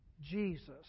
Jesus